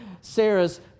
Sarah's